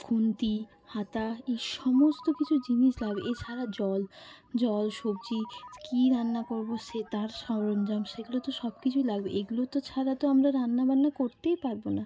খুন্তি হাতা এই সমস্ত কিছু জিনিস লাগবে এছাড়া জল জল সবজি কী রান্না করব সে তার সরঞ্জাম সেগুলো তো সব কিছুই লাগবে এগুলো তো ছাড়া তো আমরা রান্নাবান্না করতেই পারব না